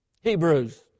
Hebrews